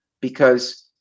Because-